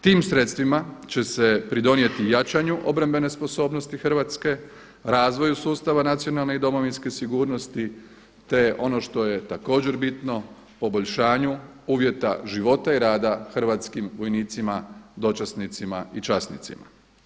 Tim sredstvima će se pridonijeti jačanju obrambene sposobnosti Hrvatske, razvoju sustava nacionalne i domovinske sigurnosti, te ono što je također bitno poboljšanju uvjeta života i rada hrvatskim vojnicima, dočasnicima i časnicima.